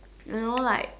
you know like